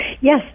Yes